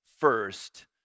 first